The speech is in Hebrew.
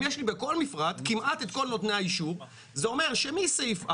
אם יש לי בכל מפרט כמעט את כל נותני האישור זה אומר שמסעיף א'